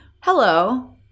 hello